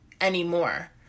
anymore